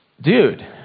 dude